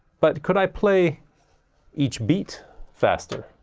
but could i play each beat faster?